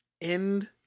end